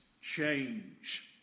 change